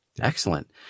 Excellent